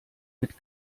mit